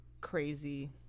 crazy